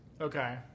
Okay